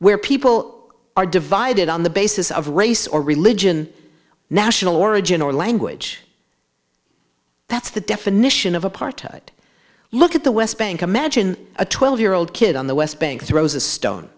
where people are divided on the basis of race or religion national origin or language that's the definition of apartheid look at the west bank imagine a twelve year old kid on the west bank throws a stone